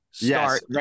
Yes